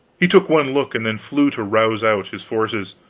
he took one look and then flew to rouse out his forces.